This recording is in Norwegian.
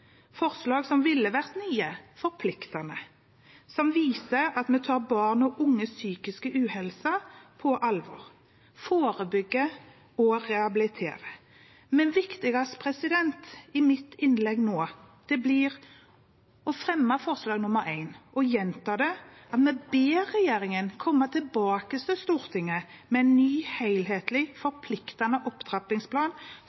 forslag som ville vært nye og forpliktende, og som viser at vi tar barn og unges psykiske uhelse på alvor, forebygger og rehabiliterer. Viktigst i mitt innlegg nå blir å fremme forslag nr. 1 og gjenta det at vi ber regjeringen komme tilbake til Stortinget med en ny